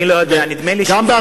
אני לא יודע, נדמה לי שישראל,